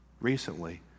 recently